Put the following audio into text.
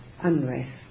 unrest